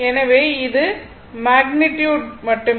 எனவே இது மேக்னிட்யுட் மட்டுமே